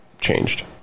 changed